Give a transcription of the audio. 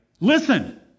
Listen